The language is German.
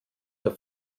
der